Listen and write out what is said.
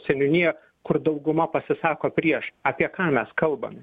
seniūniją kur dauguma pasisako prieš apie ką mes kalbame